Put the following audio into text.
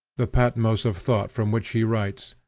the patmos of thought from which he writes,